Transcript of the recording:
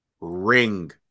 ring